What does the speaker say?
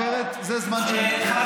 אחרת, זה זמן, לא, מבחנים.